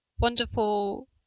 wonderful